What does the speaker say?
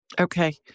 Okay